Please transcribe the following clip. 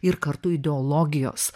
ir kartu ideologijos